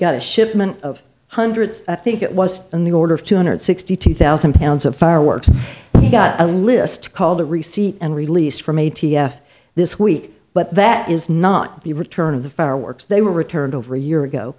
got a shipment of hundreds i think it was in the order of two hundred sixty two thousand pounds of fireworks he got a list called a receipt and released from a t f this week but that is not the return of the fireworks they were returned over a year ago